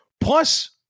Plus